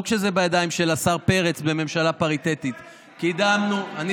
לא כשזה בידיים של השר פרץ בממשלה פריטטית איפה אלקין?